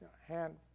hand